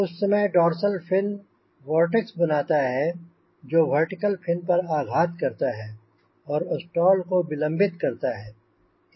उस समय dorsal fin vortex बनाता है जो वर्टिकल फिन पर आघात करता है और स्टॉल को विलंबित करता है